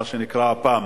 מה שנקרא ה-PAM.